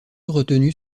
retenues